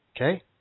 Okay